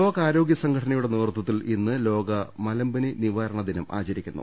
ലോകാരോഗൃ സംഘടനയുടെ നേതൃത്വത്തിൽ ഇന്ന് ലോക മലമ്പനി നിവാരണദിനം ആചരിക്കുന്നു